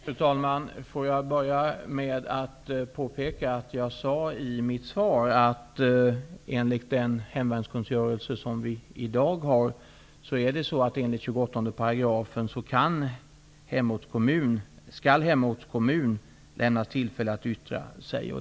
Fru talman! Får jag börja med att påpeka att jag i mitt svar sade att hemortskommunen enligt 28 § i den hemvärnskungörelse som vi i dag har skall lämnas tillfälle att yttra sig.